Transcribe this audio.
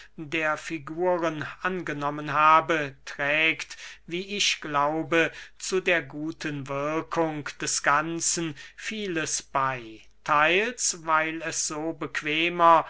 der figuren angenommen habe trägt wie ich glaube zu der guten wirkung des ganzen vieles bey theils weil es so bequemer